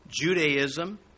Judaism